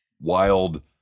wild